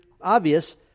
obvious